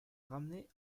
ramené